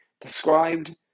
described